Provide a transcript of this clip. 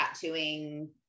tattooing